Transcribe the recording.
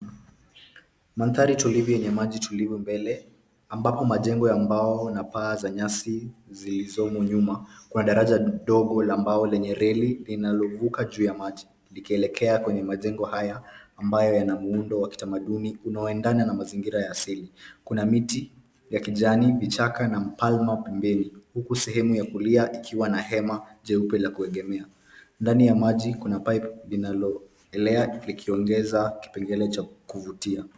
Mandhari tulivu yenye maji tulivu mbele, ambapo majengo ya mbao na paa za nyasi zilizomo nyuma ya daraja ndogo la mbao lenye reli linalo vuka juu ya maji, likielekea kwenye majengo haya, ambayo yenye muundo wa kitamaduni unaoendana na mazingira ya asili. Kuna miti ya kijani, vichaka, na mpalma pembeni, huku sehemu ya kulia ikiwa na hema jeupe la kuegemea. Ndani ya maji kuna pipe linaloelea likiongeza kipengele cha kuvutia.